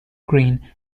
green